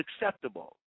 acceptable